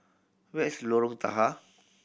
where is Lorong Tahar